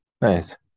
Nice